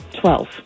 Twelve